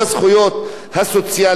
תדחה את ההצעה הזו.